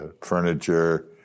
furniture